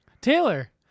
Taylor